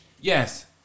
Yes